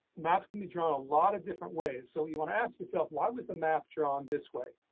maps can be drawn a lot of different ways. so you want to ask yourself, why was the map drawn this way.